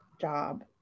job